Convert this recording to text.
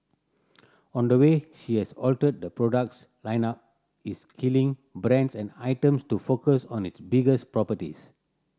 on the way she has altered the products lineup is killing brands and items to focus on its biggest properties